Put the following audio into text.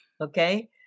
Okay